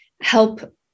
help